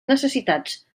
necessitats